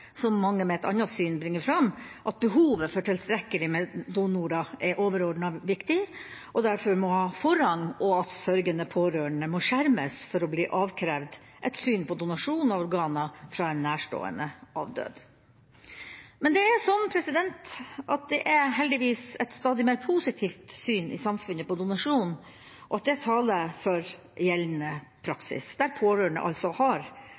som mange med et annet syn bringer fram, at behovet for tilstrekkelig med donorer er overordnet viktig, og derfor må ha forrang, og at sørgende pårørende må skjermes mot å bli avkrevd et syn på donasjon av organer fra en nærstående avdød. Men det er heldigvis sånn at et stadig mer positivt syn i samfunnet på donasjon taler for at gjeldende praksis, der pårørende altså har